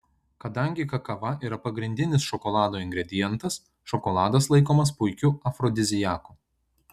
kadangi kakava yra pagrindinis šokolado ingredientas šokoladas laikomas puikiu afrodiziaku